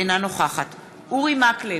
אינה נוכחת אורי מקלב,